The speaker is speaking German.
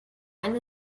eine